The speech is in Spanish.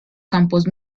campos